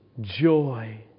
joy